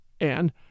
and